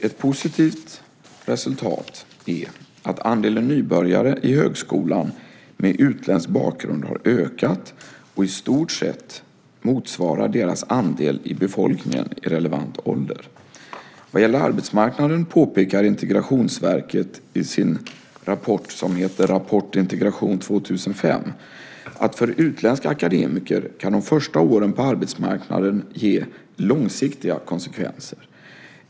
Ett positivt resultat är att andelen nybörjare i högskolan med utländsk bakgrund har ökat och i stort sett motsvarar deras andel i befolkningen i relevant ålder. Vad gäller arbetsmarknaden påpekar Integrationsverket i sin rapport som heter Rapport Integration 2005 att för utländska akademiker kan de första åren på arbetsmarknaden ge långsiktiga konsekvenser.